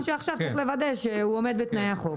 שעכשיו צריך לוודא שהוא עומד בתנאי החוק.